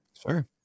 Sure